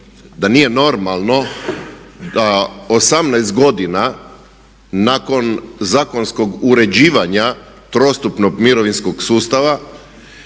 da nije normalno da 18 godina nakon zakonskog uređivanja trostupnog mirovinskog sustava